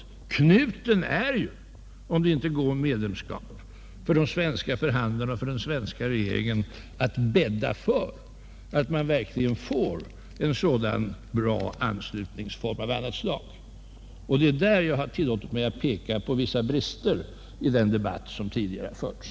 Om svenskt medlemskap inte kan ordnas gäller det ju för de svenska förhandlarna och svenska regeringen att bädda för att man verkligen får en bra anslutningsform av annat slag. Det är därför jag tillåtit mig peka på vissa brister i den debatt som tidigare förts.